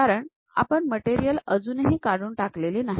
कारण आपण मटेरियल अजूनही काढून टाकलेले नाही